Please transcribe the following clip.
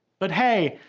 but hey,